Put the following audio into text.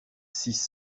six